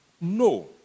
no